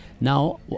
Now